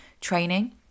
training